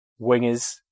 wingers